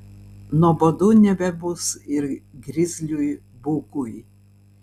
nuobodu nebebus ir grizliui bugui